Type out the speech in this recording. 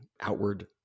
outward